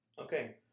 Okay